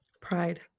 Pride